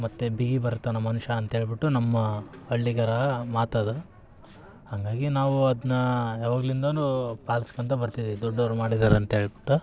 ಮತ್ತು ಬಿಗಿ ಬರ್ತಾನೆ ಮನುಷ್ಯ ಅಂತ ಹೇಳ್ಬಿಟ್ಟು ನಮ್ಮ ಹಳ್ಳಿಗರ ಮಾತು ಅದು ಹಾಗಾಗಿ ನಾವು ಅದನ್ನ ಯಾವಾಗ್ಲಿಂದನೂ ಪಾಲ್ಸ್ಕೊಂತ ಬರ್ತೀವಿ ದೊಡ್ಡೋರು ಮಾಡಿದಾರೆ ಅಂತ ಹೇಳ್ಬಿಟ್ಟು